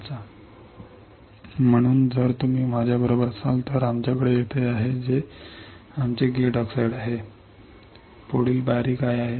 So if you are with me we have here which is our gate oxide म्हणून जर तुम्ही माझ्याबरोबर असाल तर आमच्याकडे येथे आहे जे आमचे गेट ऑक्साईड आहे पुढील पायरी काय आहे